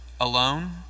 alone